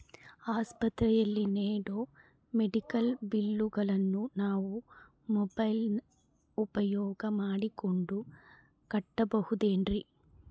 ಆಸ್ಪತ್ರೆಯಲ್ಲಿ ನೇಡೋ ಮೆಡಿಕಲ್ ಬಿಲ್ಲುಗಳನ್ನು ನಾವು ಮೋಬ್ಯೆಲ್ ಉಪಯೋಗ ಮಾಡಿಕೊಂಡು ಕಟ್ಟಬಹುದೇನ್ರಿ?